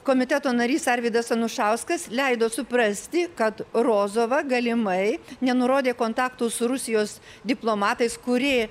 komiteto narys arvydas anušauskas leido suprasti kad rozova galimai nenurodė kontaktų su rusijos diplomatais kurie